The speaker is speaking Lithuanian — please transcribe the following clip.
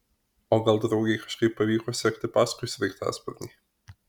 o gal draugei kažkaip pavyko sekti paskui sraigtasparnį